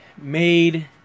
made